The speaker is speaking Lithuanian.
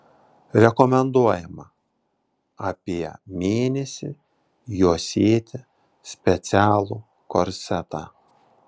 rekomenduojama apie mėnesį juosėti specialų korsetą